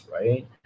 right